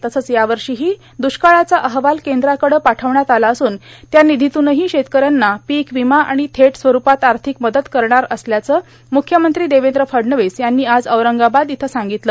तसंच यावर्षाहा द्ष्काळाचा अहवाल कद्राकडे पार्ठावण्यात आला असून त्या ांनधीतूनहीं शेतकऱ्यांना पीक ांवमा आर्ाण थेट स्वरुपात आर्थिक मदत करणार असल्याचं मुख्यमंत्री देवद्र फडणवीस यांनी आज औरंगाबाद इथं सांगगतलं